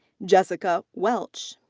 jessica welch.